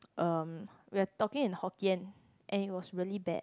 um we're talking in Hokkien and it was really bad